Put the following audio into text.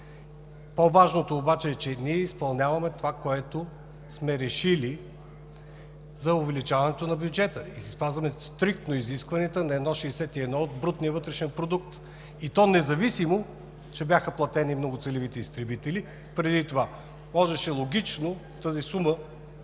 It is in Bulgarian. По-важното обаче е, че ние изпълняваме това, което сме решили, за увеличаването на бюджета и си спазваме стриктно изискванията на 1,61 от брутния вътрешен продукт, и то независимо че бяха платени многоцелевите изтребители преди това. Можеше логично тази сума,